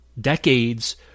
decades